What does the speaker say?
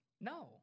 no